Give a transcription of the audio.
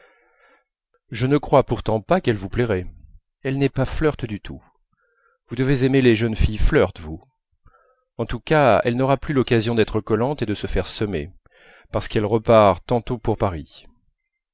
je ne crois pourtant pas qu'elle vous plairait elle n'est pas flirt du tout vous devez aimer les jeunes filles flirt vous en tous cas elle n'aura plus l'occasion d'être collante et de se faire semer parce qu'elle repart tantôt pour paris